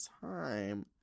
time